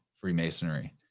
Freemasonry